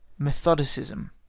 METHODICISM